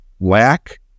Lack